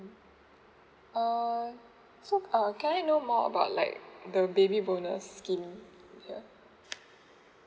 uh so uh can I know more about like the baby bonus scheme here